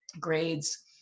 grades